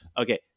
Okay